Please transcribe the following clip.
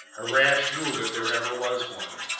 a rash move if there ever was one.